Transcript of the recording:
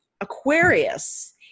Aquarius